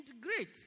great